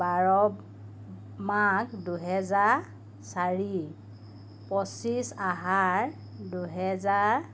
বাৰ মাঘ দুহেজাৰ চাৰি পঁচিছ আহাৰ দুহেজাৰ